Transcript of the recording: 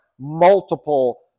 multiple